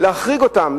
יש להחריג אותם,